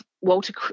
Walter